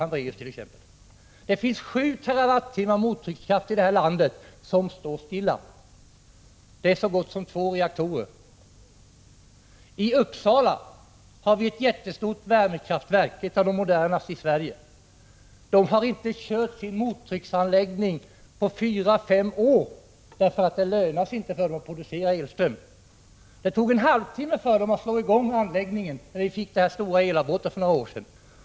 Man skulle redan nu kunna producera 7 TWh mottryckskraft i det här landet, men mottrycksanläggningarna står stilla. 7 TWh motsvarar så gott som två reaktorer. I Uppsala har vi ett jättestort värmekraftverk — ett av de modernaste i Sverige. Verkets mottrycksanläggning har inte körts på fyra fem år, därför att det inte lönar sig att producera elström. Det tog en halvtimme att få i gång anläggningen vid det stora elavbrottet för några år sedan.